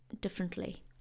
differently